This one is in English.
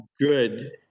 good